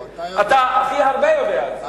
אתה הכי הרבה יודע את זה.